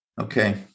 Okay